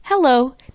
Hello